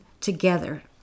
together